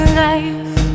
life